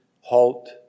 halt